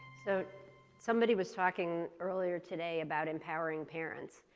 so somebody was talking earlier today about empowering parents.